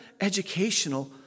educational